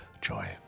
Joy